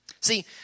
see